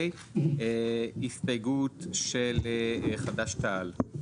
הסתייגות של חד"ש-תע"ל.